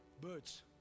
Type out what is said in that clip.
birds